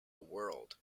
world